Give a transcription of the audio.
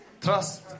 trust